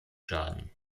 schaden